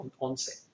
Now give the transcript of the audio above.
onset